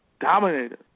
dominated